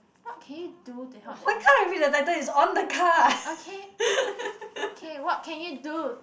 what can you do to help the okay okay what can you do